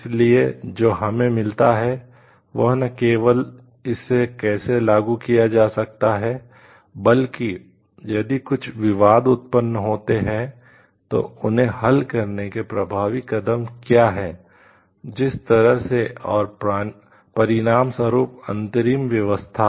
इसलिए जो हमें मिलता है वह न केवल इसे कैसे लागू किया जा सकता है बल्कि यदि कुछ विवाद उत्पन्न होते हैं तो उन्हें हल करने के प्रभावी कदम क्या हैं जिस तरह से और परिणामस्वरूप अंतरिम व्यवस्था